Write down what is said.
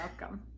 welcome